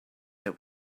that